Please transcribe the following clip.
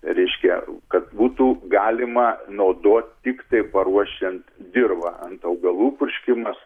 reiškia kad būtų galima naudoti tiktai paruošiant dirvą ant augalų purškimas